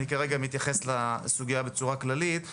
אני כרגע מתייחס לסוגיה בצורה כללית.